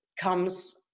comes